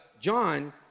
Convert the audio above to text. John